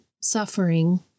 suffering